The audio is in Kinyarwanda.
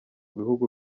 bihugu